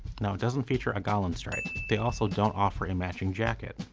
now it doesn't feature a gallon stripe. they also don't offer a matching jacket.